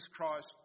Christ